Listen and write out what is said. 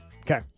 Okay